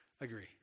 Agree